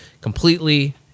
completely